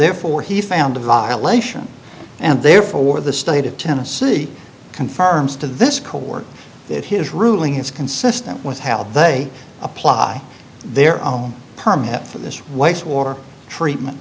therefore he found a violation and therefore the state of tennessee confirms to this coworker that his ruling is consistent with how they apply their own permit for this waste water treatment